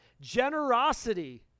generosity